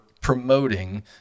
promoting